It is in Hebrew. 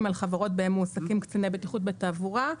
על חברות בהן מועסקים קציני בטיחות בתעבורה.